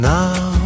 now